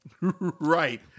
Right